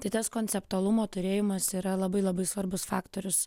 tai tas konceptualumo turėjimas yra labai labai svarbus faktorius